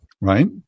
right